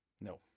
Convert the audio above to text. no